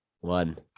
one